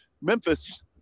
memphis